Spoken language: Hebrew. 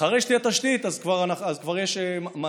אחרי שתהיה תשתית אז כבר יש מעבר